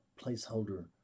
placeholder